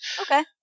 Okay